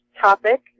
topic